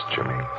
Jimmy